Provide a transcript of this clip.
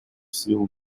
сил